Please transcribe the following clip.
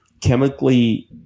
chemically